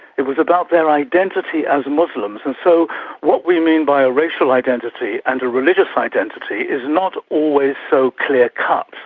it was about their identity as muslims. and so what we mean by a racial identity and a religious identity is not always so clear cut.